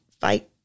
fight